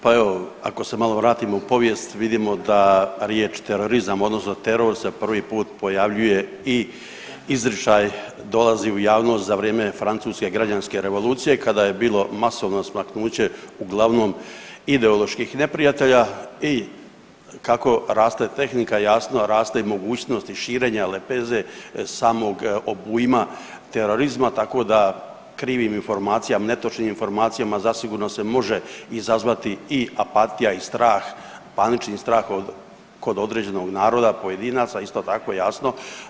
Pa evo, ako se malo vratimo u povijest, vidimo da riječ terorizam, odnosno teror se prvi put pojavljuje i izričaj dolazi u javnost za vrijeme Francuske građanske revolucije kada je bilo masovno smaknuće uglavnom ideoloških neprijatelja i kako raste tehnika, jasno, raste i mogućnost i širenja lepeze samog obujma terorizma, tako da krivim informacijama, netočnim informacijama zasigurno se može izazvati i apatija i strah, panični strah kod određenog naroda, pojedinaca, isto tako, jasno.